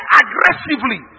aggressively